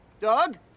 Doug